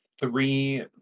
three